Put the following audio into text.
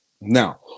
Now